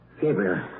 Gabriel